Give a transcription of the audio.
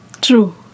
True